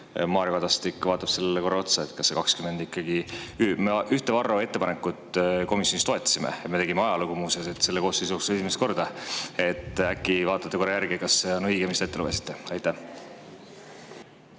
Mario Kadastik vaatab sellele korra otsa, kas see 20 ikkagi … Me ühte Varro ettepanekut komisjonis toetasime. Me tegime ajalugu muuseas, selles koosseisus esimest korda. Äkki vaatate korra järgi, kas see on õige, mis te ette lugesite? Aitäh!